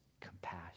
compassion